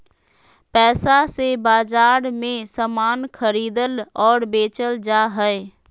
पैसा से बाजार मे समान खरीदल और बेचल जा हय